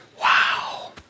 Wow